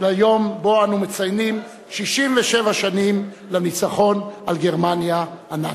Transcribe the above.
ביום שאנו מציינים 67 שנים לניצחון על גרמניה הנאצית.